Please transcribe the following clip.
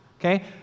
okay